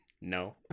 No